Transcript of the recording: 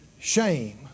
Shame